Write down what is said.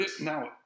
Now